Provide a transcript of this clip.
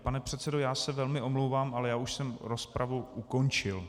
Pane předsedo, já se velmi omlouvám, ale už jsem rozpravu ukončil.